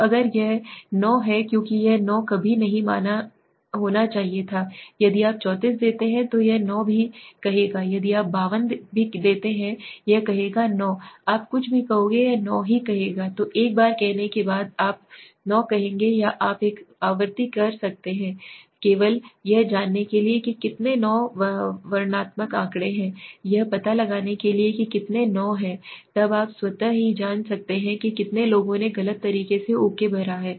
तो अगर यह 9 है क्योंकि यह 9 कभी नहीं होना चाहिए यदि आप 34 देते हैं तो यह 9 भी कहेगा यदि आप 52 भी देते हैं कहेगा 9 आप कुछ भी करोगे यह 9 कहेगा तो एक बार कहने के बाद आप 9 देखेंगे या आप एक आवृत्ति कर सकते हैं केवल यह जानने के लिए कि कितने 9 के वर्णनात्मक आँकड़े हैं यह पता लगाने के लिए कि कितने 9 हैं तब आप स्वतः ही जान सकते हैं कि कितने लोगों ने गलत तरीके से ओके भरा है